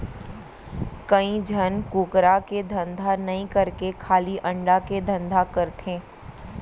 कइ झन कुकरा के धंधा नई करके खाली अंडा के धंधा करथे